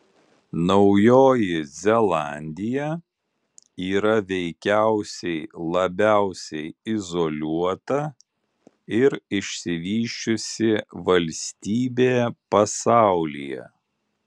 naujoji zelandija yra veikiausiai labiausiai izoliuota ir išsivysčiusi valstybė pasaulyje